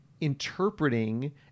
interpreting